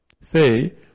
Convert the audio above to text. say